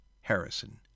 Harrison